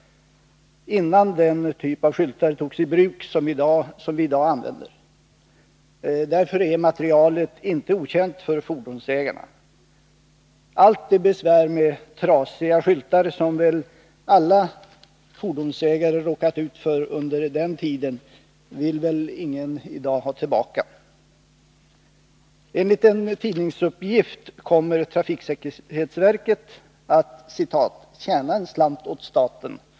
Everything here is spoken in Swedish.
Därför är materialet inte okänt för fordonsägarna. Allt det besvär med trasiga skyltar som väl alla fordonsägare råkade ut för under den tiden vill nog ingen i dag ha tillbaka. Enligt en tidningsuppgift kommer trafiksäkerhetsverket att ”tjäna en slant åtstaten”.